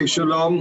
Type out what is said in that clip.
ח"כ תמר זנדברג,